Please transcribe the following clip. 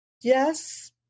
Yes